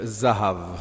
Zahav